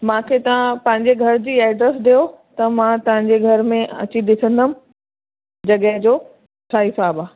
मांखे तव्हां पंहिंजे घर जी एड्रेस ॾियो त मां तव्हांजे घर में अची ॾिसंदमि जॻह जो छा हिसाबु आहे